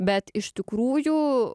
bet iš tikrųjų